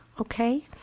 okay